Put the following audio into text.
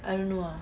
I don't know ah